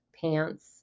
pants